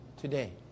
today